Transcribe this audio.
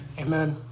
Amen